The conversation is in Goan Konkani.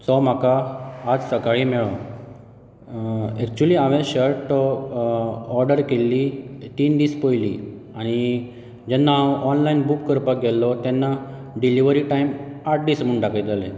जो म्हाका आयज सकाळीं मेळ्ळो एक्चुली हांवें शर्ट तो ऑर्डर केल्ली तीन दीस पयलीं आनी जेन्ना हांव ऑनलायन बूक करपाक गेल्लो तेन्ना डिलीवरी टायम आठ दीस म्हूण दाखयताले